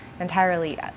entirely